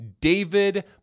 David